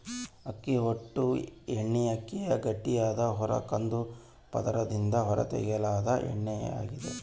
ಅಕ್ಕಿ ಹೊಟ್ಟು ಎಣ್ಣೆಅಕ್ಕಿಯ ಗಟ್ಟಿಯಾದ ಹೊರ ಕಂದು ಪದರದಿಂದ ಹೊರತೆಗೆಯಲಾದ ಎಣ್ಣೆಯಾಗಿದೆ